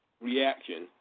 reaction